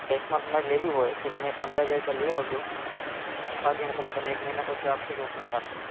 કૅશમાં તમારે લેવી હોય તો તમે પંદર હજર રૂપિયા લઇ આવજો બાકીનાં પછી તમે એક મહિના પછી આપશો તો પણ ચાલશે